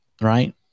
right